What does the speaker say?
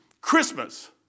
Christmas